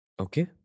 Okay